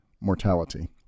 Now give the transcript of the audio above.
mortality